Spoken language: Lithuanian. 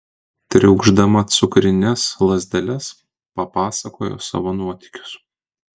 triaukšdama cukrines lazdeles papasakojo savo nuotykius